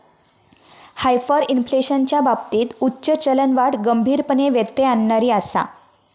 हायपरइन्फ्लेशनच्या बाबतीत उच्च चलनवाढ गंभीरपणे व्यत्यय आणणारी आसा